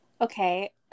Okay